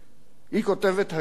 היא כותבת הגיגים.